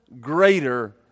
greater